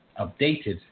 updated